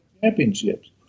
championships